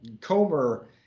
Comer